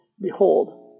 Behold